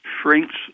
shrinks